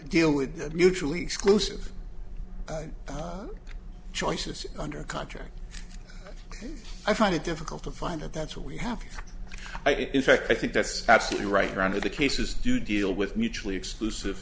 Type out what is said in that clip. deal with mutually exclusive choices under contract i find it difficult to find out that's what we have in fact i think that's absolutely right around to the cases do deal with mutually exclusive